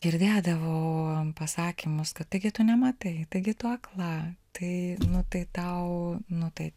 girdėdavau pasakymus kad taigi tu nematai taigi tu akla tai nu tai tau nu tai